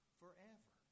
forever